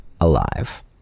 ALIVE